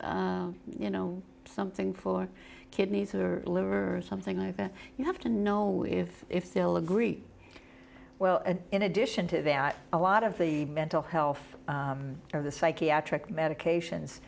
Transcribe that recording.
you know something for kidneys or something like that you have to know if they'll agree well in addition to that a lot of the mental health or the psychiatric medications